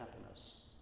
happiness